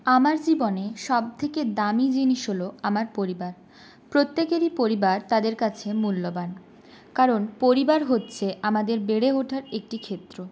আমার জীবনে সবথেকে দামি জিনিস হল আমার পরিবার প্রত্যেকেরই পরিবার তাদের কাছে মূল্যবান কারণ পরিবার হচ্ছে আমাদের বেড়ে ওঠার একটি ক্ষেত্র